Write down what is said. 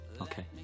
Okay